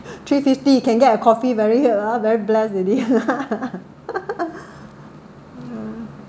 three fifty you can get a coffee very uh very blessed already